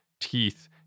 teeth